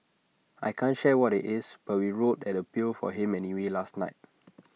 I can't share what IT is but we wrote an appeal for him anyway last night